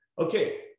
Okay